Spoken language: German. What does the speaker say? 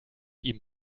ihm